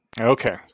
Okay